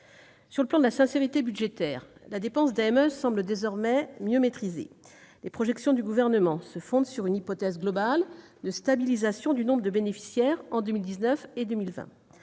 Sur le plan de la sincérité budgétaire, la dépense d'AME semble désormais mieux maîtrisée. Les projections du Gouvernement se fondent sur une hypothèse globale de stabilisation du nombre de bénéficiaires en 2019 et 2020.